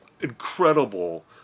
incredible